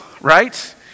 right